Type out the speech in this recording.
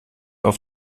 auf